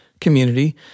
community